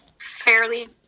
Fairly